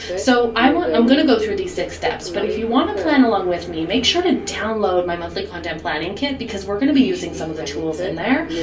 so i want, i'm going to go through these six steps, but if you want a plan along with me, make sure to download my monthly content planning kit because we're going to be using some of the tools in there.